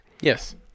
yes